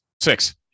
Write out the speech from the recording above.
Six